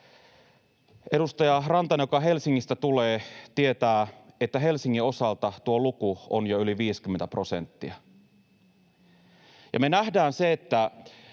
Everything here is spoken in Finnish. Edustaja Rantanen, joka Helsingistä tulee, tietää, että Helsingin osalta tuo luku on jo yli 50 prosenttia. Me nähdään, että